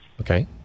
Okay